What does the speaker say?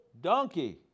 donkey